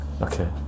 Okay